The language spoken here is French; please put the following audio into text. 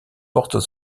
porte